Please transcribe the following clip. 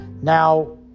now